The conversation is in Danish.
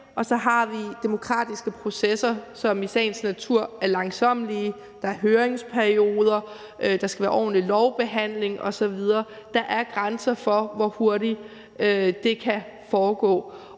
og så har vi demokratiske processer, som i sagens natur er langsommelige – der er høringsperioder, der skal være en ordentlig lovbehandling osv. – og der er grænser for, hvor hurtigt det kan foregå.